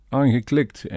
aangeklikt